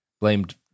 blamed